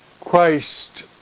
Christ